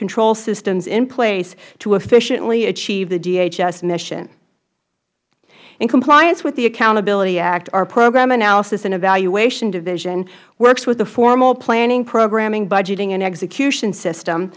control systems in place to efficiently achieve the dhs mission in compliance with the accountability act our program analysis and evaluation division works with the formal planning programming budgeting and execution system